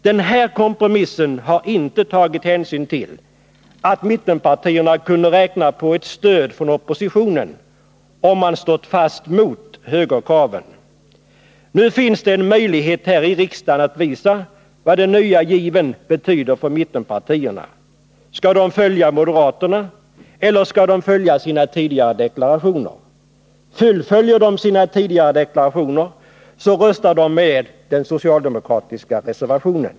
Den här kompromissen har inte tagit hänsyn till att mittenpartierna kunde räkna med ett stöd från oppositionen, om de stått fast mot högerkraven. Nu finns det en möjlighet här i riksdagen att visa vad den nya given betyder för mittenpartierna. Skall de följa moderaterna, eller skall de följa sina tidigare deklarationer? Fullföljer de sina tidigare deklarationer, röstar de med den socialdemokratiska reservationen.